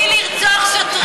בלי לרצוח שוטרים.